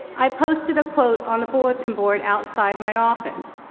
i posted a quote on the bulletin board outside my office.